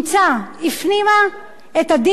הפנימה את הדין העברי,